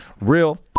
Real